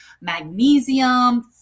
magnesium